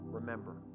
remember